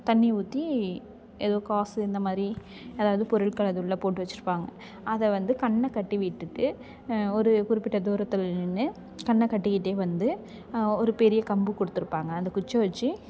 தண்ணி ஊற்றி எதோ காசு இந்த மாதிரி அதாவது பொருட்களை அது உள்ள போட்டு வச்சிருப்பாங்க அதை வந்து கண்ணை கட்டி விட்டுட்டு ஒரு குறிப்பிட்ட தூரத்தில் நின்று கண்ணை கட்டிக்கிட்டு வந்து ஒரு பெரிய கம்புக் கொடுத்துருப்பாங்க அந்த குச்சி வச்சி